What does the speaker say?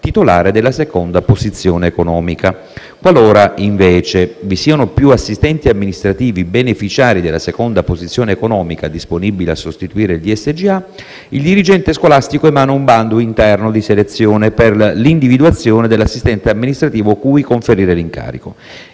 titolare della seconda posizione economica. Qualora, invece, vi siano più assistenti amministrativi beneficiari della seconda posizione economica disponibile a sostituire il DSGA, il dirigente scolastico emana un bando interno di selezione per l'individuazione dell'assistente amministrativo cui conferire l'incarico.